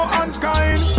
unkind